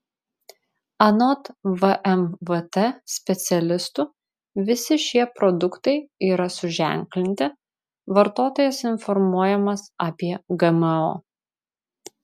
anot vmvt specialistų visi šie produktai yra suženklinti vartotojas informuojamas apie gmo